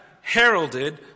heralded